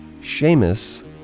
Seamus